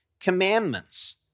commandments